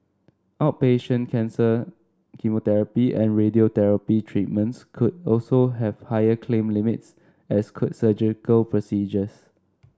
outpatient cancer chemotherapy and radiotherapy treatments could also have higher claim limits as could surgical procedures